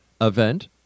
event